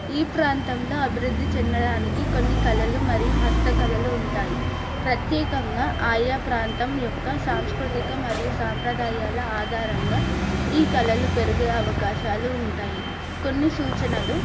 ఈ ప్రాంతంలో అభివృద్ధి చెందడానికి కొన్ని కళలు మరియు హస్త కళలు ఉంటాయి ప్రత్యేకంగా ఆయా ప్రాంతం యొక్క సాంస్కృతిక మరియు సాంప్రదాయాల ఆధారంగా ఈ కళలు పెరిగే అవకాశాలు ఉంటాయి కొన్ని సూచనలు